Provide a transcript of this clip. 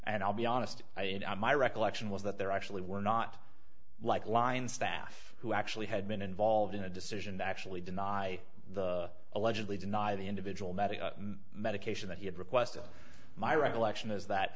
and i'll be honest my recollection was that there actually were not like line staff who actually had been involved in a decision actually did i allegedly deny the individual medication that he had requested my recollection is that